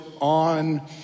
on